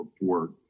report